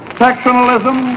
sectionalism